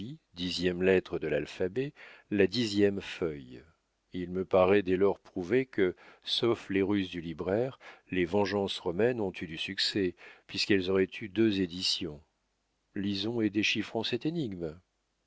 lettre de l'alphabet la dixième feuille il me paraît dès lors prouvé que sauf les ruses du libraire les vengeances romaines ont eu du succès puisqu'elles auraient eu deux éditions lisons et déchiffrons cette énigme